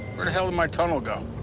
where the hell did my tunnel go?